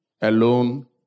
alone